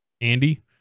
Andy